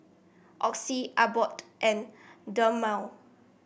Oxy Abbott and Dermale